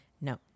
no